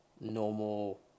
normal